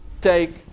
take